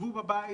שבו בבית,